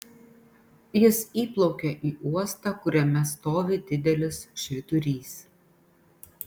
jis įplaukia į uostą kuriame stovi didelis švyturys